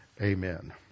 amen